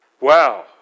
Wow